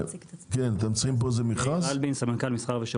אני הייתי שמח להתייחס, ממשרד הכלכלה.